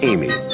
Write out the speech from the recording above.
Amy